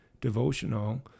devotional